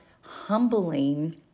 humbling